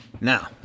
Now